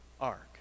Ark